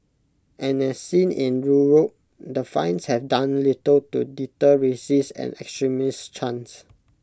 and as seen in Europe the fines have done little to deter racist and extremist chants